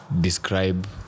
describe